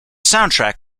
soundtrack